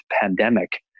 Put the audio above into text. pandemic